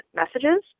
messages